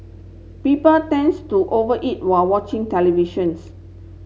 people tends to over eat while watching televisions